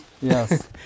Yes